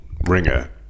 ringer